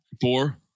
four